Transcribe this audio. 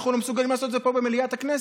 אנחנו לא מסוגלים לעשות את זה פה במליאת הכנסת.